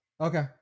okay